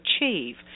achieve